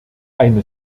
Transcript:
eine